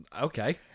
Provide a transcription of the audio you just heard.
okay